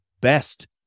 best